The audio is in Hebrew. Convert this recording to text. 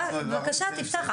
בבקשה תפתח,